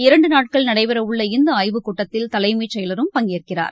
இரண்டுநாட்கள் நடடபெறவுள்ள இந்தஆய்வுக் கூட்டத்தில் தலைமச் செயலரும் பங்கேற்கிறார்